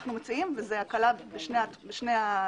שאנחנו מציעים וזאת הקלה בשני התחומים,